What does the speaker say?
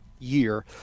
year